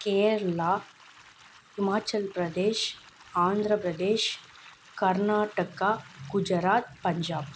Kerala Himachal Pradesh Andhra Pradesh Karnataka Gujarat Punjab